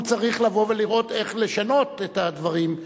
הוא צריך לבוא ולראות איך לשנות את הדברים,